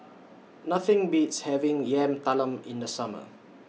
Nothing Beats having Yam Talam in The Summer